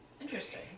Interesting